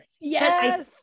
Yes